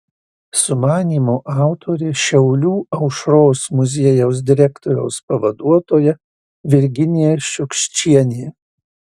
sumanymo autorė šiaulių aušros muziejaus direktoriaus pavaduotoja virginija šiukščienė